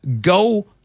go